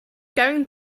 going